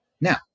Now